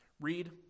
read